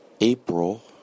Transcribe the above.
April